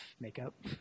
makeup